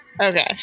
Okay